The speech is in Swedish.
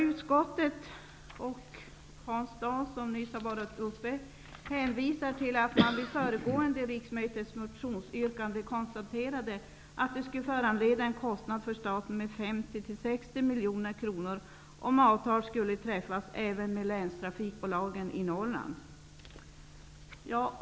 Utskottet och Hans Dau, som nyss har varit uppe i talarstolen, hänvisar till att man vid föregående riksmötes motionsyrkande konstaterade att det skulle föranleda en kostnad för staten på 50--60 miljoner kronor om avtal skulle träffas även med länstrafikbolagen i Norrland.